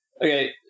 Okay